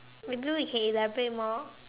maybe we can elaborate more